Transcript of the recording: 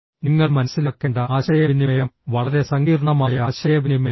നിങ്ങൾ മനസ്സിലാക്കേണ്ട ആശയവിനിമയം വളരെ സങ്കീർണ്ണമായ ആശയവിനിമയമാണ്